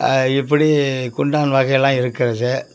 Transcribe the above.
இப்படி குண்டான் வகையெல்லாம் இருக்குது